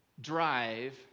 drive